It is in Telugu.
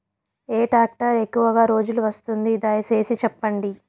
ఏ టాక్టర్ ఎక్కువగా రోజులు వస్తుంది, దయసేసి చెప్పండి?